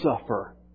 suffer